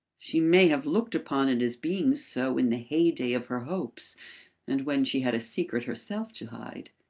she may have looked upon it as being so in the heyday of her hopes and when she had a secret herself to hide,